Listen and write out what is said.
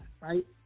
right